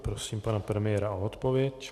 Prosím pana premiéra o odpověď.